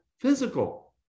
physical